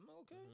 okay